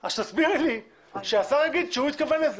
אז תסבירי לי שהשר יגיד שהוא התכוון לזה.